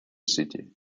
city